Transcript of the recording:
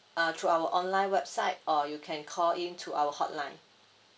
uh through our online website or you can call in to our hotline